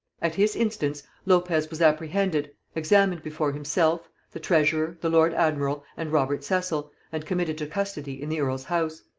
at his instance lopez was apprehended, examined before himself, the treasurer, the lord admiral, and robert cecil, and committed to custody in the earl's house.